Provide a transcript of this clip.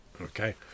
Okay